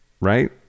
Right